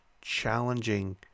challenging